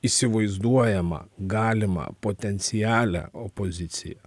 įsivaizduojamą galimą potencialią opoziciją